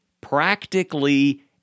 practically